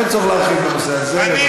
אין צורך להרחיב בנושא הזה.